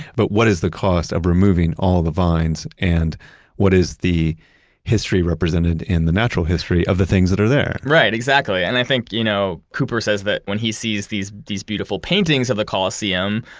but what is the cost of removing all the vines? and what is the history represented in the natural history of the things that are there? right, exactly. and i think you know cooper says that when he sees these these beautiful paintings of the colosseum,